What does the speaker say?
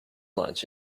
lunch